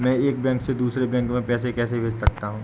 मैं एक बैंक से दूसरे बैंक खाते में पैसे कैसे भेज सकता हूँ?